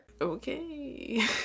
Okay